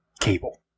cable